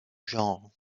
genre